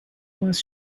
was